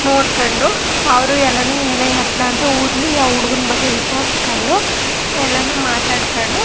ನೋಡ್ಕೊಂಡು ಅವರು ಎಲ್ಲನೂ ಏನು ಎತ್ಲ ಅಂತ ಊರಲಿ ಆ ಹುಡ್ಗನ ಬಗ್ಗೆ ವಿಚಾರಿಸ್ಕೊಂಡು ಎಲ್ಲನೂ ಮಾತಾಡ್ಕೊಂಡು